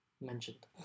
Mentioned